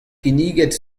kinniget